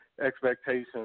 expectations